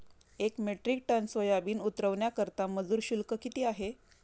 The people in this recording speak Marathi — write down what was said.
एक मेट्रिक टन सोयाबीन उतरवण्याकरता मजूर शुल्क किती आहे?